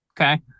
okay